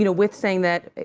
you know with saying that,